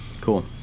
Cool